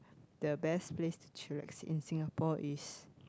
the best place to chillax in Singapore is